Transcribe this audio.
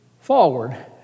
forward